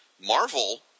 Marvel